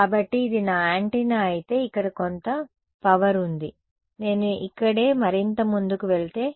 కాబట్టి ఇది నా యాంటెన్నా అయితే ఇక్కడ కొంత పవర్ ఉంది నేను ఇక్కడే మరింత ముందుకు వెళితే